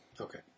Okay